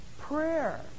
Prayer